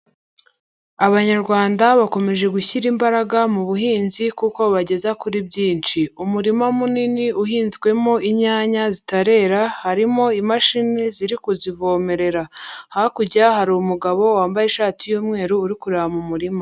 Abanyarwanda bakomeje gushyira imbaraga mu buhinzi kuko bubageza kuri byinshi. Umurima munini uhinzwemo inyanya zitarera harimo imashini ziri kuzivomerera. Hakurya hari umugabo wambaye ishati y'umweru uri kureba mu murima.